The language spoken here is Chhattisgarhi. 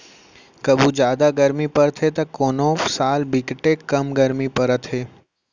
कभू जादा गरमी परथे त कोनो साल बिकटे कम गरमी परत हे